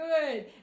good